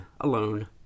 alone